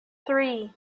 three